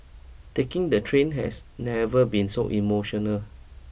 taking the train has never been so emotional